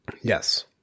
Yes